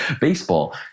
Baseball